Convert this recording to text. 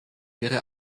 ihre